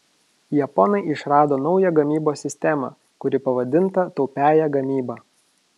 japonai išrado naują gamybos sistemą kuri pavadinta taupiąja gamyba